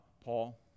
Paul